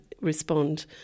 respond